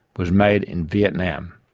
was made in vietnam.